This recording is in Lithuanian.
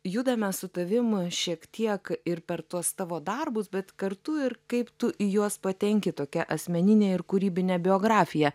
judame su tavim šiek tiek ir per tuos tavo darbus bet kartu ir kaip tu į juos patenki tokia asmeninė ir kūrybinė biografija